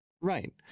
Right